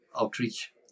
outreach